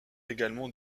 également